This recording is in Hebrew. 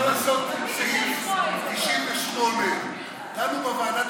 אפשר לעשות סעיף 98. דנו בוועדת